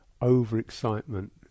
over-excitement